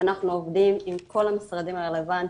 ואנחנו עובדים עם כל המשרדים הרלוונטיים,